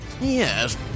Yes